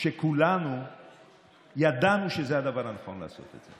שכולנו ידענו שזה הדבר הנכון לעשות.